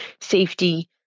safety